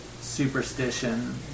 superstition